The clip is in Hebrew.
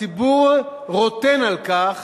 הציבור רוטן על כך